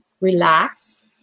relax